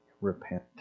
Repent